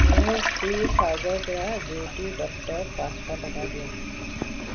মোৰ ফ্ৰী চাৰ্জৰ পৰা জেউতি দত্তক পাঁচশ টকা দিয়ক